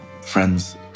friends